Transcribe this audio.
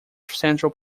central